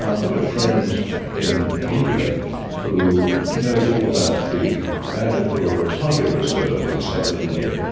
i've got a friend in india who knows all about the banipur ah tiger reserve in southern india,